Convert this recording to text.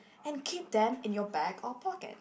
and keep them in you bag or pocket